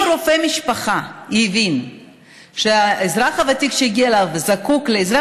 אם רופא המשפחה הבין שהאזרח הוותיק שהגיע אליו זקוק לעזרה,